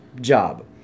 job